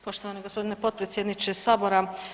Poštovani g. potpredsjedniče Sabora.